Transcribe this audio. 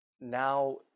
now